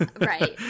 Right